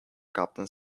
captain